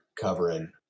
covering